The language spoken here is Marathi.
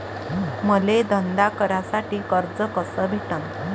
मले धंदा करासाठी कर्ज कस भेटन?